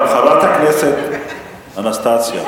חברת הכנסת אנסטסיה,